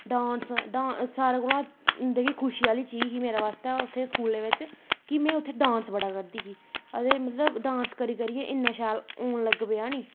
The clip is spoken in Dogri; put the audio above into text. सारें कोला दा जेह्की खुशी आह्ली चीज ही उत्थें स्कूलै बिच्च कि में उत्थें डांस बड़ा करदी ही ते मतलव डांस करी करियै इन्ना शैल होन लगी पेआ नी